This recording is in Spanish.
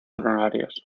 honorarios